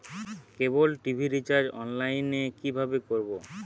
কেবল TV recharge online এ কিভাবে করব?